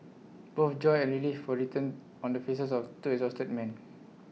both joy and relief were written on the faces of two exhausted men